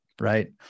Right